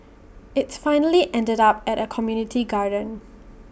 IT finally ended up at A community garden